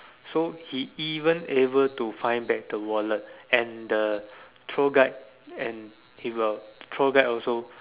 so he even able find back the wallet and the tour guide and he got tour guide also